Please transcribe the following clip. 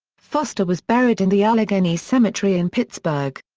foster was buried in the allegheny cemetery in pittsburgh.